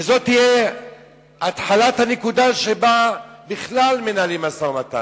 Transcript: זה יהיה נקודת ההתחלה שממנה מנהלים משא-ומתן.